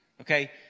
okay